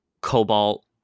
Cobalt